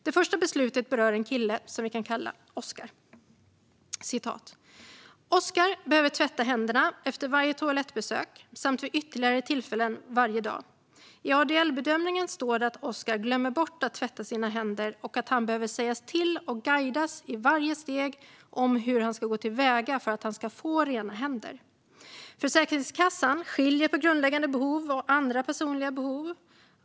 Det första beslutet rör en kille som vi kan kalla Oskar. "Oskar behöver tvätta händerna efter varje toalettbesök samt vid ytterligare tillfällen varje dag. I ADL-bedömningen står det att Oskar glömmer bort att tvätta sina händer och att han behöver sägas till och guidas i varje steg om hur han ska gå till väga för att han ska få rena händer. Försäkringskassan skiljer på grundläggande behov och andra personliga behov.